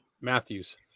Matthews